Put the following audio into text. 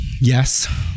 Yes